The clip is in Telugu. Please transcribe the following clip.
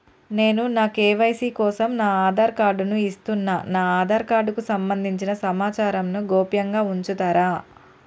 నేను నా కే.వై.సీ కోసం నా ఆధార్ కార్డు ను ఇస్తున్నా నా ఆధార్ కార్డుకు సంబంధించిన సమాచారంను గోప్యంగా ఉంచుతరా?